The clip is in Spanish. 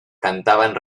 cantaban